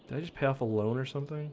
i just path alone or something